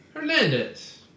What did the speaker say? Hernandez